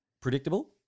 predictable